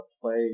play